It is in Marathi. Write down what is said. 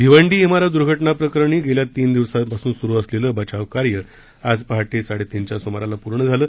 भिवंडी इमारत दूर्घटना प्रकरणी गेल्या तीन दिवसांपासून सुरू असलेलं बचावकार्य आज पहाटेच्या सुमाराला पूर्ण झालं